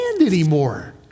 anymore